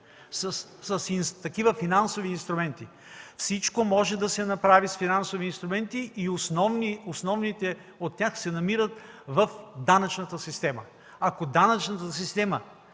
с такива финансови инструменти. Всичко може да се направи с финансови инструменти и основните от тях се намират в данъчната система. Ако данъчната система